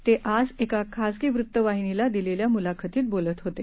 ते आज एका खासगी वृत्तवाहिनीला दिलेल्या मुलाखतीत बोलत होते